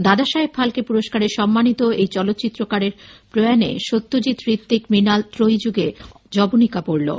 দাদাসাহেব ফালকে পুরস্কারে সম্মানিত এই চলচ্চিত্রকারের প্রয়াণে সত্যজিৎ ঋত্বিক মৃণাল ত্রয়ী যুগে যবনিকা পড়লো